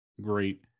Great